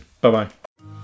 Bye-bye